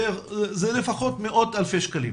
זה לפחות מאות אלפי שקלים.